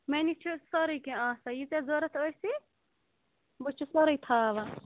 مےٚ نِش چھِ سورٕے کینٛہہ آسان یہِ ژےٚ ضوٚرَتھ ٲسی بہٕ چھُس سورٕے تھاوان